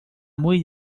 muy